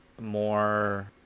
more